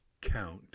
count